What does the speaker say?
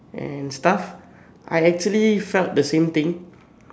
and stuff I actually felt the same thing